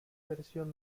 versión